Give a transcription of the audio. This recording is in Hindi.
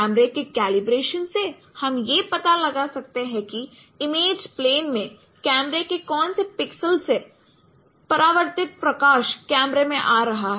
कैमरे के कैलिब्रेशन से हम यह पता लगा सकते हैं कि इमेज प्लेन में कैमरे के कौन से पिक्सल से परावर्तित प्रकाश कैमरे में आ रहा है